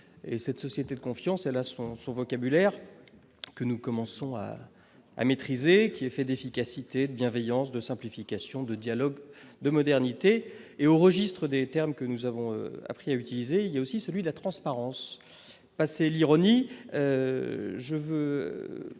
et cette société de confiance, elle a son vocabulaire que nous commençons à maîtriser qui est fait d'efficacité de bienveillance de simplification, de dialogue, de modernité et au registre des termes que nous avons appris à utiliser, il y a aussi celui de la transparence, passé l'ironie, je veux